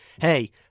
hey